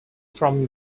from